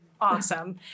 Awesome